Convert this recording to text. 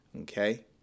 okay